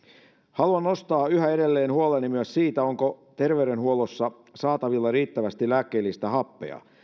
haluan nostaa yhä edelleen huoleni myös siitä onko terveydenhuollossa saatavilla riittävästi lääkkeellistä happea